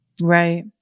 Right